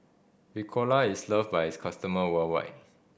Ricola is loved by its customer worldwide